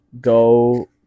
Go